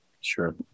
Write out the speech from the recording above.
sure